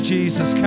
Jesus